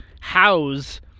house